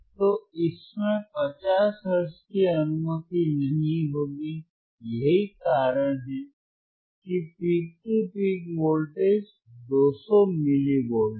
तो इसमें 50 हर्ट्ज की अनुमति नहीं होगी यही कारण है कि peak to peak voltage 200 millivolt है